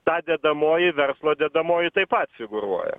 ta dedamoji verslo dedamoji taip pat figūruoja